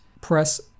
Press